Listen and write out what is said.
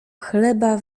chleba